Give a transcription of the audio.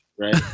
Right